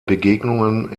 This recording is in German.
begegnungen